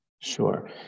Sure